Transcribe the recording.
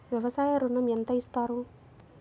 వ్యవసాయ ఋణం ఎంత ఇస్తారు?